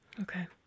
Okay